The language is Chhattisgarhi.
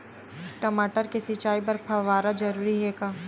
टमाटर के सिंचाई बर फव्वारा जरूरी हे का?